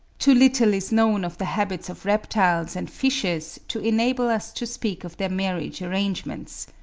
too little is known of the habits of reptiles and fishes to enable us to speak of their marriage arrangements.